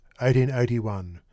1881